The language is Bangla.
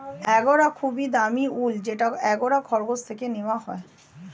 অ্যাঙ্গোরা খুবই দামি উল যেটা অ্যাঙ্গোরা খরগোশ থেকে নেওয়া হয়